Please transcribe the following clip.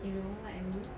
you know what I mean